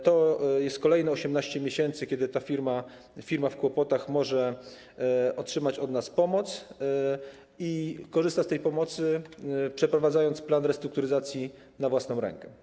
To jest kolejne 18 miesięcy, kiedy firma w kłopotach może otrzymać od nas pomoc i korzysta z tej pomocy, przeprowadzając plan restrukturyzacji na własną rękę.